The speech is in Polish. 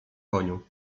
koniu